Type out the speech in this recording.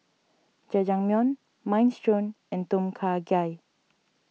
Jajangmyeon Minestrone and Tom Kha Gai